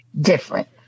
different